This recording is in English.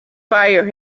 fire